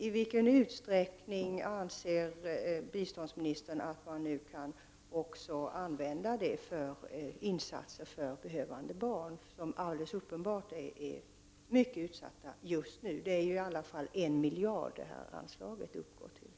I vilken utsträckning anser biståndsministern att man kan utnyttja det för insatser för behövande barn? Det är ju helt uppenbart att det just nu finns många barn som befinner sig i en mycket utsatt situation. Dessutom rör det sig ju om ett anslag om 1 miljard.